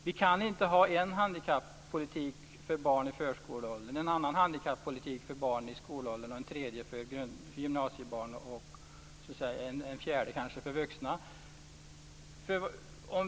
Vi kan inte ha en handikappolitik för barn i förskoleåldern, en annan handikappolitik för barn i skolåldern, en tredje för gymnasieelever och kanske en fjärde för vuxna.